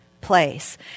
place